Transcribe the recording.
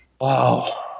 Wow